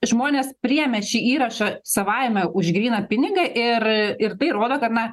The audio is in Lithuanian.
žmonės priėmė šį įrašą savaime už gryną pinigą ir ir tai rodo kad na